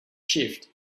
shift